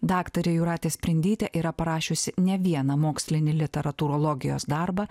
daktarė jūratė sprindytė yra parašiusi ne vieną mokslinį literatūrologijos darbą